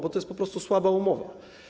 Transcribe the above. Bo to jest po prostu słaba umowa.